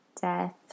death